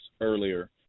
earlier